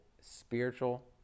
spiritual